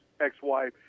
ex-wife